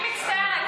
אני מצטערת,